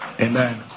Amen